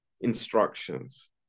instructions